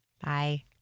Bye